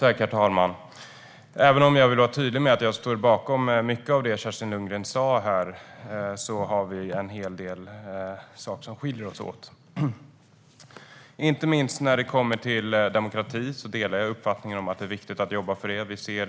Herr talman! Även om jag vill vara tydlig med att jag står bakom mycket av det Kerstin Lundgren sa här är det en hel del saker som skiljer oss åt, inte minst när det gäller demokrati. Jag delar uppfattningen att det är viktigt att jobba för demokrati.